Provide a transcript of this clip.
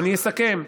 אני אסכם.